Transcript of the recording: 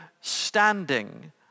standing